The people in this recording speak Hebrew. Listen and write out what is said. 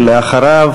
ולאחריו,